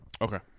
okay